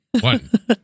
One